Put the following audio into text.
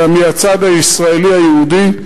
אלא מהצד הישראלי היהודי,